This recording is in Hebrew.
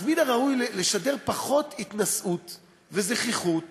אז מן הראוי לשדר פחות התנשאות וזחיחות